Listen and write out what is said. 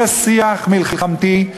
זה שיח מלחמתי,